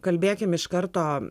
kalbėkim iš karto